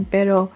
Pero